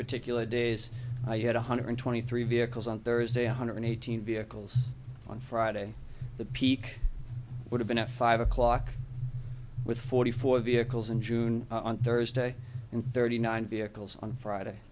particular days i had one hundred twenty three vehicles on thursday hundred eighteen vehicles on friday the peak would have been at five o'clock with forty four vehicles in june on thursday and thirty nine vehicles on friday